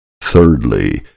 Thirdly